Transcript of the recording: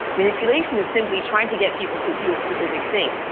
manipulation is simply trying to get people to do a specific thing.